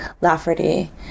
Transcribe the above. Lafferty